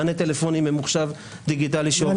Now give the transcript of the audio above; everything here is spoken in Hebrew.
מענה טלפוני ממוחשב ודיגיטלי שעובד --- ולא